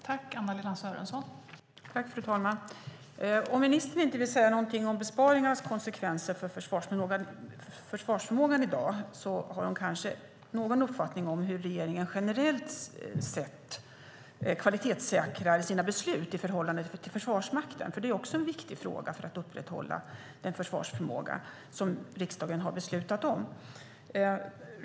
Fru talman! Om ministern inte vill säga något om besparingarnas konsekvenser för försvarsförmågan har hon kanske ändå någon uppfattning om hur regeringen generellt sett kvalitetssäkrar sina beslut i förhållande till Försvarsmakten. Det är ju också en viktig fråga för att upprätthålla en försvarsförmåga som riksdagen har beslutat om.